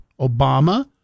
Obama